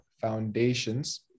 Foundations